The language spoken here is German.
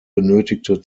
benötigte